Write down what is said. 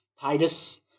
Titus